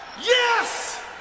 Yes